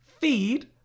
feed